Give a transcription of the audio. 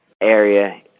area